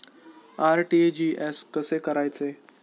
RTGS कसे करायचे?